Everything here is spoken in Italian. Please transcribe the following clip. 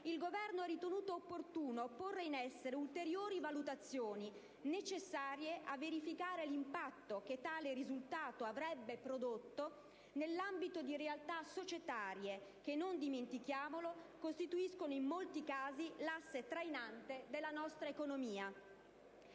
il Governo ha ritenuto opportuno porre in essere ulteriori valutazioni necessarie a verificare l'impatto che tale risultato avrebbe prodotto nell'ambito di realtà societarie che, non dimentichiamolo, costituiscono in molti casi l'asse trainante della nostra economia.